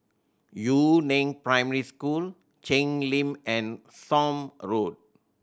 Yu Neng Primary School Cheng Lim and Somme Road